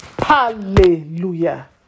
Hallelujah